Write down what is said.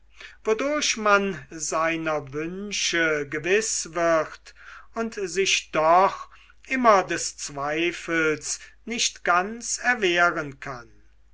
wodurch man seiner wünsche gewiß wird und sich doch immer des zweifels nicht ganz erwehren kann